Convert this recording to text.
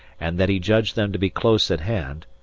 and that he judged them to be close at hand,